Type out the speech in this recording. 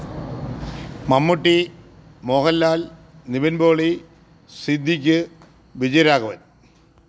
Mammootty Mohanlal Nivin Pauly Siddique Vijayaraghavan